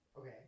Okay